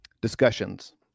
discussions